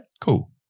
Cool